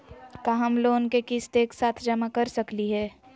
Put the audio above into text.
का हम लोन के किस्त एक साथ जमा कर सकली हे?